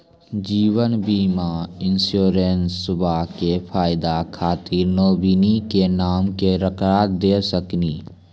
जीवन बीमा इंश्योरेंसबा के फायदा खातिर नोमिनी के नाम केकरा दे सकिनी?